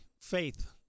faith